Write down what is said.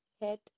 head